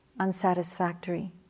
unsatisfactory